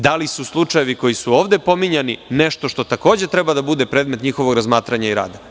Da li su slučajevi koji su ovde pominjani nešto što takođe treba da bude predmet njihovog razmatranja i rada?